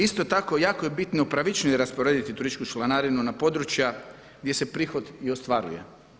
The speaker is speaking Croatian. Isto tako jako je bitno pravičnije rasporediti turističku članarinu na područja gdje se prihod i ostvaruje.